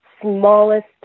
smallest